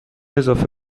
اضافه